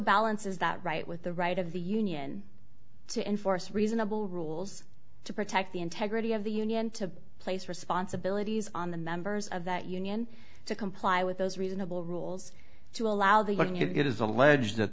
balances that right with the right of the union to enforce reasonable rules to protect the integrity of the union to place responsibilities on the members of that union to comply with those reasonable rules to allow the one you get is alleged that